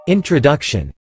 Introduction